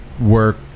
work